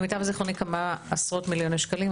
למיטב זכרוני כמה עשרות מיליוני שקלים,